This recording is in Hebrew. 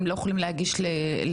הם לא יכולים להגיש לרשות,